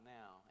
now